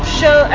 show